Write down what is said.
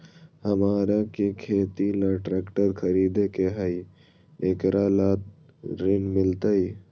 हमरा के खेती ला ट्रैक्टर खरीदे के हई, एकरा ला ऋण मिलतई?